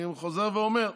אני חוזר ואומר: